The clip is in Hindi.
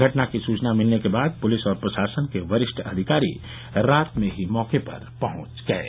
घटना की सूचना मिलने के बाद पुलिस और प्रशासन के वरिष्ठ अधिकारी रात में ही मौके पर पहुंच गये